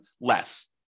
less